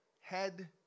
Head